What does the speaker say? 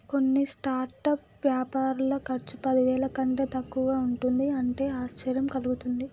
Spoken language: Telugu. కొన్ని స్టార్టప్ వ్యాపారుల ఖర్చు పదివేల కంటే తక్కువగా ఉంటుంది అంటే ఆశ్చర్యం కలుగుతుంది